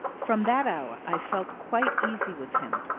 from that hour i felt quite easy with him,